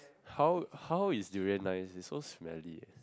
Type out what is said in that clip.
how how is durian nice it's so smelly eh